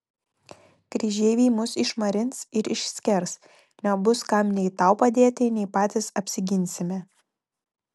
kryžeiviai mus išmarins ir išskers nebus kam nei tau padėti nei patys apsiginsime